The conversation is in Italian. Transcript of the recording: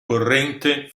corrente